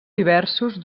diversos